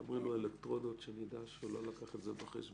מחברים לו אלקטרודות כדי שנדע שהוא לא לקח את זה בחשבון.